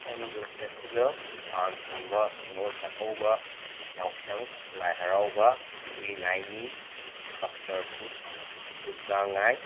Hornbill festival ꯀꯥꯡ ꯆꯤꯡꯕ ꯅꯤꯉꯣꯜ ꯆꯥꯛꯀꯧꯕ ꯌꯥꯎꯁꯪ ꯂꯥꯏ ꯍꯔꯥꯎꯕ ꯂꯨꯏ ꯉꯥꯏ ꯅꯤ ꯀꯞꯆꯔ ꯀꯨꯠ ꯀꯨꯠ ꯒꯥꯡ ꯉꯥꯏ